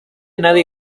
nadie